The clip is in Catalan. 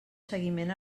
seguiment